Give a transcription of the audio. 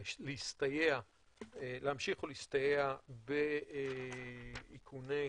להמשיך ולהסתייע באיכוני